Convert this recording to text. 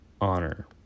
honor